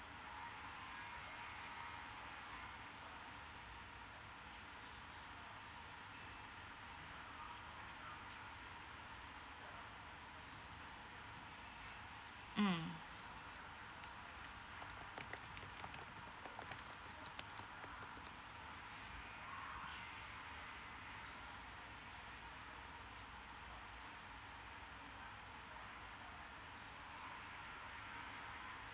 mm